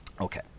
okay